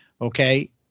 okay